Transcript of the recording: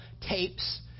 tapes